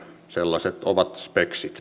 sellaiset ovat speksit